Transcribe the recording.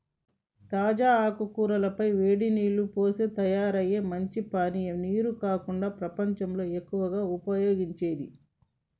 తాజా ఆకుల పై వేడి నీల్లు పోస్తే తయారయ్యే మంచి పానీయం నీరు కాకుండా ప్రపంచంలో ఎక్కువగా ఉపయోగించేది